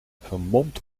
vermomd